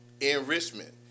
enrichment